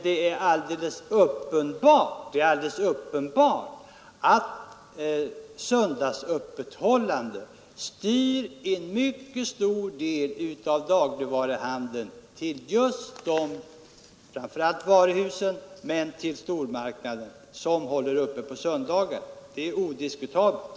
Det är emellertid alldeles uppenbart att söndagsöppethållandet styr en mycket stor del av dagligvaruhandeln till just de varuhus — och framför allt stormarknader — som håller öppet på söndagar. Det är odiskutabelt.